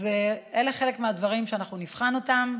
אלה חלק מהדברים שנבחן אותם.